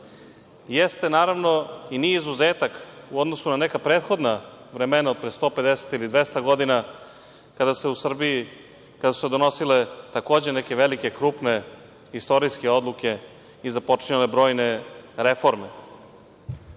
jeste, naravno, i nije izuzetak u odnosu na neka prethodna vremena pre 150 ili 200 godina, kada su se u Srbiji donosile, takođe, neke velike, krupne istorijske odluke i započinjale brojne